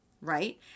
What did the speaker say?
Right